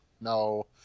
no